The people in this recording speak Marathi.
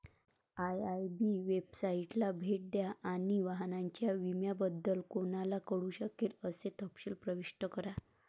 आय.आय.बी वेबसाइटला भेट द्या आणि वाहनाच्या विम्याबद्दल कोणाला कळू शकेल असे तपशील प्रविष्ट करा